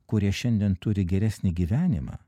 kurie šiandien turi geresnį gyvenimą